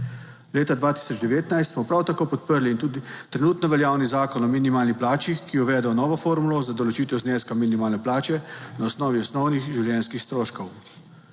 Leta 2019 smo prav tako podprli tudi trenutno veljavni Zakon o minimalni plači, ki je uvedel novo formulo za določitev zneska minimalne plače na osnovi osnovnih življenjskih stroškov.